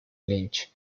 lynch